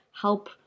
help